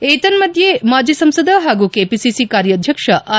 ಏತನ್ನಡ್ಲಿ ಮಾಜಿ ಸಂಸದ ಹಾಗೂ ಕೆಪಿಸಿಸಿ ಕಾರ್ಯಾಧ್ಯಕ್ಷ ಆರ್